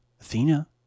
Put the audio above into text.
Athena